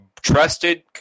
trusted